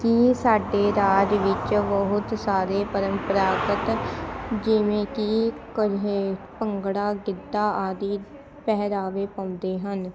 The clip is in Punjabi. ਕਿ ਸਾਡੇ ਰਾਜ ਵਿੱਚ ਬਹੁਤ ਸਾਰੇ ਪਰੰਪਰਾਗਤ ਜਿਵੇਂ ਕਿ ਭੰਗੜਾ ਗਿੱਧਾ ਆਦਿ ਪਹਿਰਾਵੇ ਪਾਉਂਦੇ ਹਨ